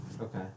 Okay